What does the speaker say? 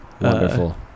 Wonderful